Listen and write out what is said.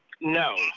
no